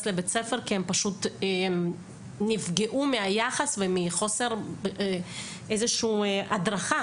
לבית ספר כי הם פשוט נפגעו מהיחס ומחוסר איזושהי הדרכה,